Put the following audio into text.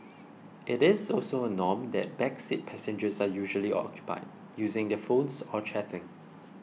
it is also a norm that back seat passengers are usually occupied using their phones or chatting